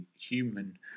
human